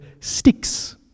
sticks